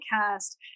cast